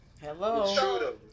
Hello